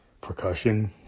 percussion